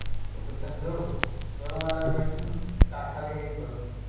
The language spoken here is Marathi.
तो बिंडा जड होतो जड व्हायला लागला की मग काठाला यायचं